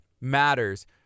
matters